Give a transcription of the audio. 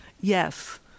Yes